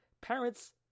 Parents